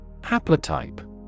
Haplotype